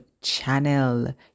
channel